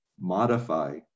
modify